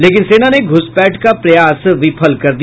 लेकिन सेना ने घुसपैठ का प्रयास विफल कर दिया